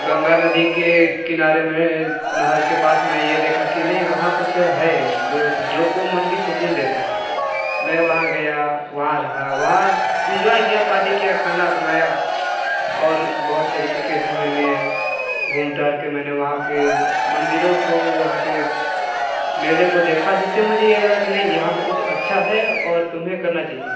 गंगा नदी के किनारे में नहर के पास मैं ये देखा की नही वहाँ कुछ है जो सब लोग के मन को सुकून देता हैं मैं वहाँ गया वहाँ रहा वहाँ एन्जॉय किया पार्टी किया खाना बनाया और बहुत तरीके के मैंने घूम कर के मैंने वहाँ के मंदिरों को वहाँ के मेले को देखा जिससे मुझे ये लगा की नहीं यहाँ पे कुछ अच्छा है तुन्हें करना चाहिए